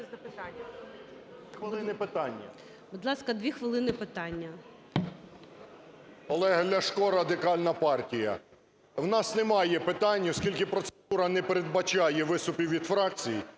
Олег Ляшко, Радикальна партія. У нас немає питань. Оскільки процедура не передбачає виступів від фракцій,